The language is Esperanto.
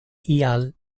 ial